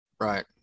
Right